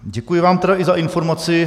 Děkuji vám tedy i za informaci.